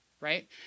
right